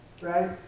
right